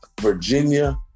Virginia